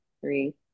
three